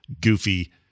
goofy